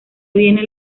viene